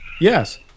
Yes